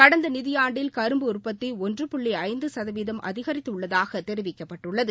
கடந்த நிதியாண்டில் கரும்பு உற்பத்தி ஒன்று புள்ளி ஐந்து சதவீதம் அதிகித்துள்ளதாக தெரிவிக்கப்பட்டுள்ளது